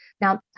Now